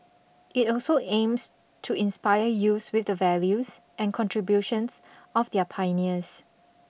it also aims to inspire youths with the values and contributions of their pioneers